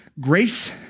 grace